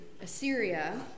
Assyria